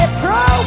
pro